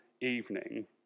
evening